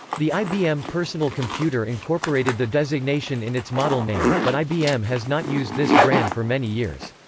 the ibm personal computer incorporated the designation in its model name, but ibm has not used this brand for many years.